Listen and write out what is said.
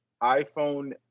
iPhone